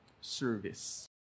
service